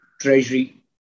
treasury